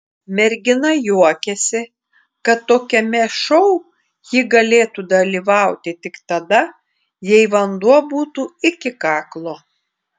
mergina juokėsi kad tokiame šou ji galėtų dalyvauti tik tada jei vanduo būtų iki kaklo